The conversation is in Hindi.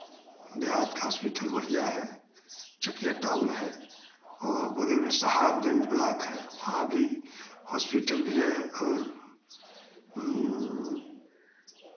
देहात का हॉस्पिटल बढ़ियाँ है चकिया टाउन है और बगल में साहबगंज ब्लॉक है वहाँ भी हॉस्पिटल भी है और